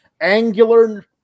angular